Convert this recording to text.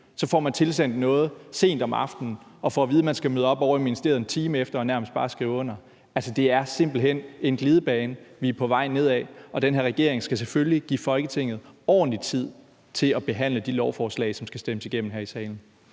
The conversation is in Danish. så får man tilsendt noget sent om aftenen og får at vide, at man skal møde op ovre i ministeriet en time efter og nærmest bare skrive under. Altså, det er simpelt hen en glidebane, vi er på vej nedad, og den her regering skal selvfølgelig give Folketinget ordentlig tid til at behandle de lovforslag, som skal stemmes igennem her i salen.